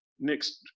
next